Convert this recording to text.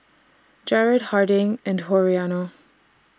Jarred Harding and Toriano